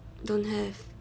don't have